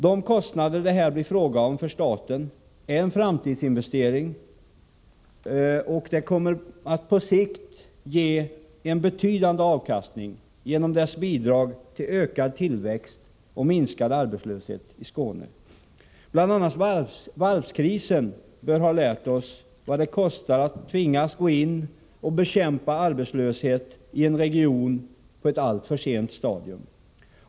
De kostnader det här blir fråga om för staten är en framtidsinvestering, som på sikt kommer att ge en betydande avkastning genom sitt bidrag till ökad tillväxt och minskad arbetslöshet i Skåne. Bl. a. varvskrisen bör ha lärt oss vad det kostar att tvingas gå in och bekämpa arbetslöshet i en region på ett alltför sent stadium.